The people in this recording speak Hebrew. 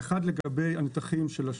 לגבי הנתחים של השוק.